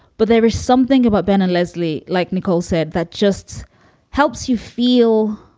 but there is something about ben and leslie, like nicole said, that just helps you feel,